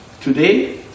Today